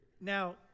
Now